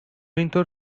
اینطور